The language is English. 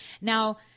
Now